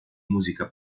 musica